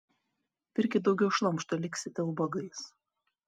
pirkit daugiau šlamšto liksite ubagais